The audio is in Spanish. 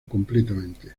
completamente